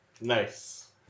Nice